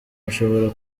bashobora